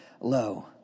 Lo